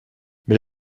mais